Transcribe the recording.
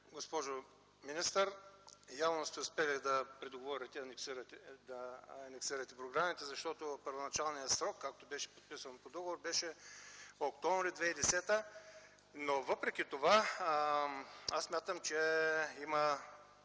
госпожо министър. Явно сте успели да предоговорите и анексирате програмите. Първоначалният срок, както беше в подписания договор, беше м. октомври 2010 г. Въпреки това смятам, че има